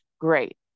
Great